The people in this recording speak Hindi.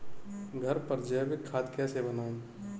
घर पर जैविक खाद कैसे बनाएँ?